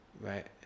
right